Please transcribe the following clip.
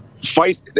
fight